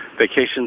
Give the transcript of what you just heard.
vacations